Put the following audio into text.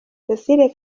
cecile